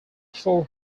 four